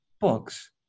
books